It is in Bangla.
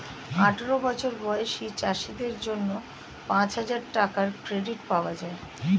আঠারো বছর বয়সী চাষীদের জন্য পাঁচহাজার টাকার ক্রেডিট পাওয়া যায়